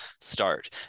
start